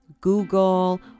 Google